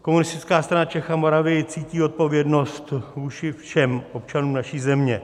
Komunistická strana Čech a Moravy cítí odpovědnost vůči všem občanům naší země.